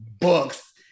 books